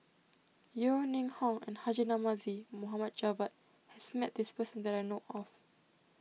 Yeo Ning Hong and Haji Namazie Mohammad Javad has met this person that I know of